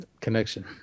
Connection